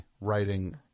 Writing